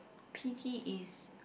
p_t is